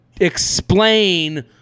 explain